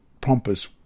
pompous